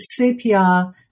CPR